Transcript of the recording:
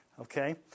okay